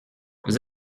vous